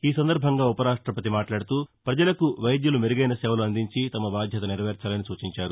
ఈ సందర్బంగా ఉపరాష్టపతి మాట్లాడుతూ పజలకు వైద్యులు మెరుగైన సేవలు అందించి తమ బాధ్యత నెరవేర్చాలని సూచించారు